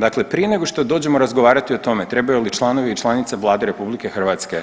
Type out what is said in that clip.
Dakle, prije nego što dođemo razgovarati o tome trebaju li članovi i članice Vlade RH